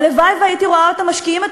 הלוואי שהייתי רואה אותם משקיעים את